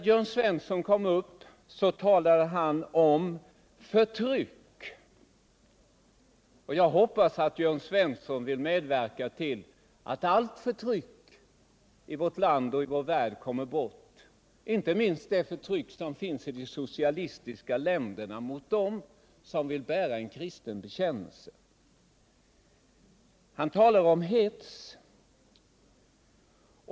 Jörn Svensson talade om förtryck. Jag hoppas att Jörn Svensson vill medverka till att allt förtryck i vårt land och i vår värld kommer bort — inte minst det förtryck som finns i de socialistiska länderna mot dem som vill bära en kristen bekännelse. Han talade om hets.